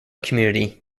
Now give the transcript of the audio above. community